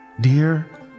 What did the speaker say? Dear